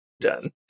done